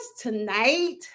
tonight